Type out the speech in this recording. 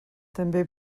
també